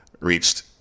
reached